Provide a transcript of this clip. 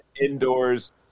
indoors